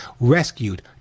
rescued